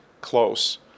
close